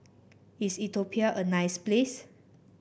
is Ethiopia a nice place